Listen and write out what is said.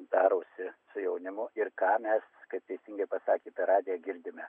darosi su jaunimu ir ką mes kaip teisingai pasakė per radiją girdime